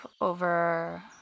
over